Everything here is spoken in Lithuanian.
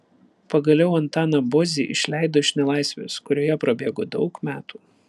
pagaliau antaną bozį išleido iš nelaisvės kurioje prabėgo daug metų